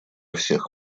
всех